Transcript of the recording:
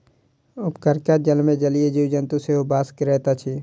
उपरका जलमे जलीय जीव जन्तु सेहो बास करैत अछि